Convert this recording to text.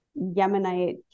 Yemenite